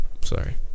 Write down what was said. sorry